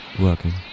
working